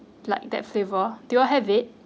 like that flavor they will have it